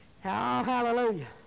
hallelujah